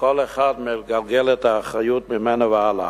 וכל אחד מגלגל את האחריות ממנו והלאה.